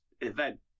event